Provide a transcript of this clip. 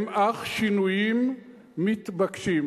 הם אך שינויים מתבקשים.